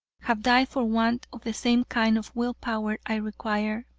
have died for want of the same kind of will power i require,